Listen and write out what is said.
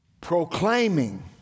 proclaiming